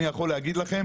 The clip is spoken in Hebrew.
אני יכול להגיד לכם,